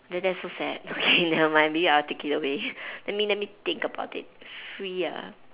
that that's so sad okay never mind maybe I will take it away let me let me think about it free ah